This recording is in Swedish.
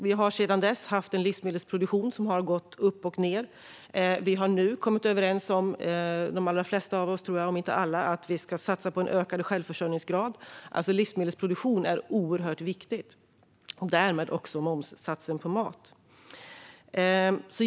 Vi har sedan dess haft en livsmedelsproduktion som har gått upp och ned. De allra flesta av oss, om inte alla, är också överens om att vi ska satsa på en ökad självförsörjningsgrad. Livsmedelsproduktion är alltså oerhört viktig, och därmed också momssatsen på mat.